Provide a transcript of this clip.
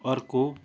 अर्को